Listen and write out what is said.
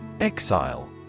Exile